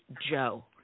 Joe